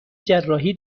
جراحی